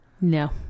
No